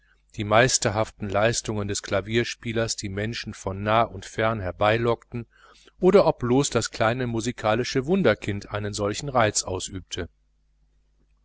die meisterhaften leitungen des klavierspielers die menschen von nah und fern herbei lockten oder ob das kleine musikalische wunderkind einen solchen reiz ausübte